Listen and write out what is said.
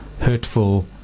hurtful